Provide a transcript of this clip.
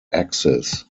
axis